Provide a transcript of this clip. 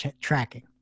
tracking